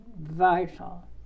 vital